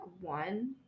one